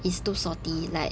it's too salty like